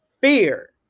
fear